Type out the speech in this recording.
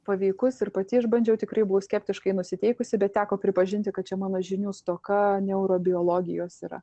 paveikus ir pati išbandžiau tikrai buvau skeptiškai nusiteikusi bet teko pripažinti kad čia mano žinių stoka neurobiologijos yra